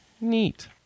Neat